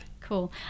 Cool